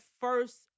first